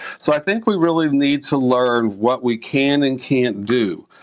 so i think we really need to learn what we can and can't do,